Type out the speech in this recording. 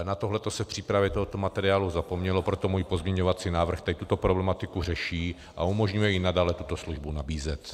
Na tohle se v přípravě tohoto materiálu zapomnělo, proto můj pozměňovací návrh tuto problematiku řeší a umožňuje i nadále tuto službu nabízet.